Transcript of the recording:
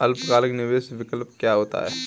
अल्पकालिक निवेश विकल्प क्या होता है?